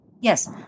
Yes